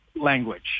language